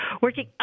working